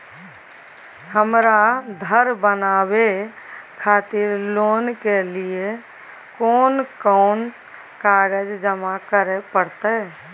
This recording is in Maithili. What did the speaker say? हमरा धर बनावे खातिर लोन के लिए कोन कौन कागज जमा करे परतै?